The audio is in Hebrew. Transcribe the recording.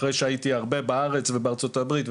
אחרי שהייתי הרבה בארץ ובארצות הברית,